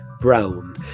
Brown